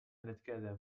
nitkellem